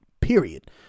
period